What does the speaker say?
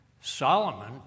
Solomon